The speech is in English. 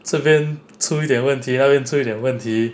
这边出一点那边出一点问题